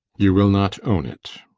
you will not own it.